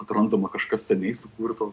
atrandama kažkas seniai sukurto